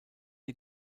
die